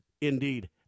indeed